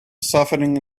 suffering